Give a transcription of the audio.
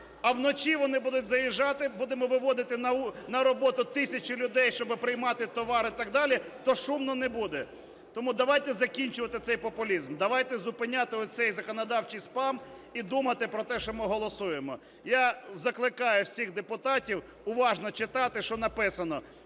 А вночі вони будуть заїжджати, будемо виводити на роботу тисячі людей, щоби приймати товар і так далі, то шумно не буде. Тому давайте закінчувати цей популізм. Давайте зупиняти оцей законодавчий спам і думати про те, що ми голосуємо. Я закликаю всіх депутатів уважно читати, що написано.